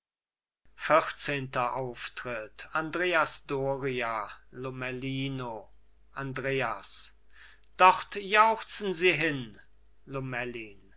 vierzehnter auftritt andreas doria lomellino andreas dort jauchzen sie hin lomellin